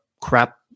crap